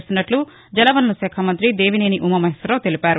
చేస్తున్నామని జల వనరుల శాఖ మంగ్రి దేవినేని ఉమా మహేశ్వరరావు తెలిపారు